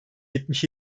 yetmiş